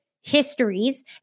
histories